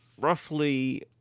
roughly